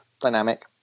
dynamic